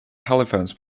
telephones